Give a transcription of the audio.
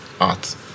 art